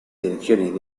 selecciones